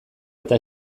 eta